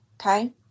okay